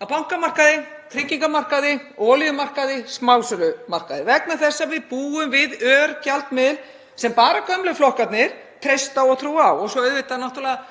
á bankamarkaði, tryggingamarkaði, olíumarkaði og smásölumarkaði vegna þess að við búum við örgjaldmiðil sem bara gömlu flokkarnir treysta og trúa á og svo auðvitað Kaupfélag